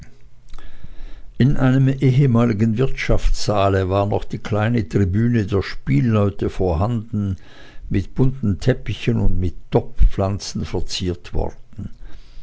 in einem ehemaligen wirtschaftssaale war noch die kleine tribüne der spielleute vorhanden mit bunten teppichen behängt und mit topfpflanzen verziert worden